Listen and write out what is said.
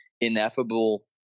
ineffable